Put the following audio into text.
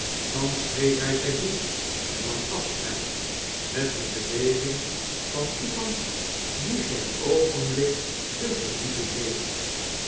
thans greep hy zyn hoed en nam afscheid met de beweging van iemand die geen oogenblik te verliezen heeft